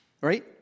Right